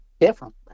different